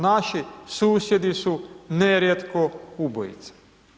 Naši susjedi su nerijetko ubojice.